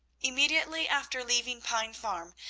immediately after leaving pine farm,